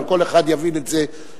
אבל כל אחד יבין את זה בתחומו.